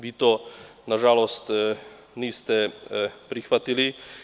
Vi to, nažalost, niste prihvatili.